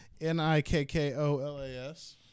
N-I-K-K-O-L-A-S